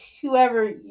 whoever